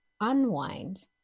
unwind